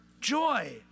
joy